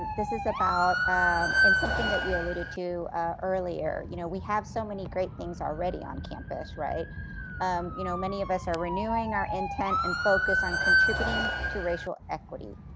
this is about and and something that you alluded to earlier, you know we have so many great things already on campus, um you know many of us are renewing our intent and focus on contributing to racial equity.